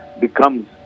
becomes